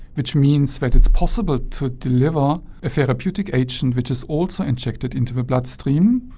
which means that it's possible to deliver a therapeutic agent which is also injected into the bloodstream.